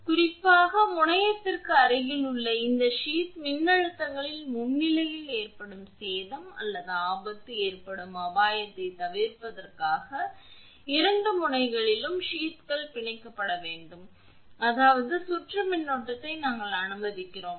குறிப்பாக முனையத்திற்கு அருகில் இருக்கும் இந்த சீத் மின்னழுத்தங்களின் முன்னிலையில் ஏற்படும் சேதம் அல்லது ஆபத்து ஏற்படும் அபாயத்தைத் தவிர்ப்பதற்காக இரண்டு முனைகளிலும் சீத்கள் பிணைக்கப்பட வேண்டும் அதாவது சுற்றும் மின்னோட்டத்தை நாங்கள் அனுமதிக்கிறோம்